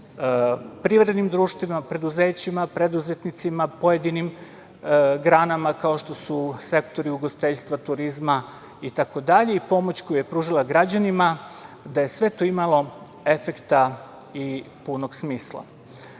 privrednim društvima, preduzećima, preduzetnicima, pojedinim granama kao što su sektori ugostiteljstva, turizma itd, i pomoć koju je pružala građanima, da je sve to imalo efekta i punog smisla. Na